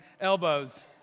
elbows